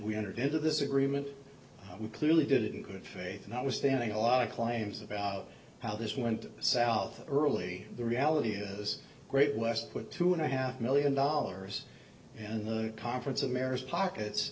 we entered into this agreement we clearly did it in good faith and i was standing a lot of claims about how this went south early the reality is great west put two and a half million dollars in the conference of mayors pockets